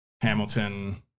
Hamilton